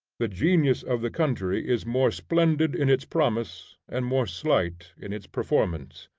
the genius of the country is more splendid in its promise and more slight in its performance.